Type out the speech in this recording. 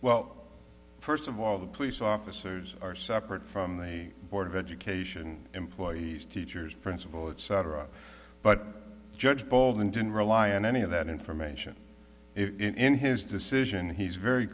well first of all the police officers are separate from the board of education employees teachers principal it cetera but judge bolton didn't rely on any of that information in his decision he's very